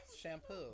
shampoo